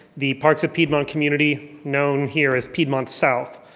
the parks at piedmont community known here as piedmont south.